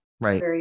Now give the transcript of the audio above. Right